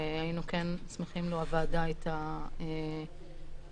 היינו כן שמחים לו הוועדה הייתה נשמעת